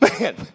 man